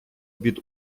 від